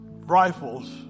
rifles